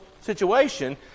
situation